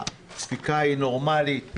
הספיקה היא נורמלית,